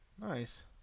Nice